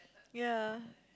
ya